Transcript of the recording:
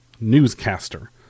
newscaster